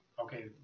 okay